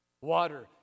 Water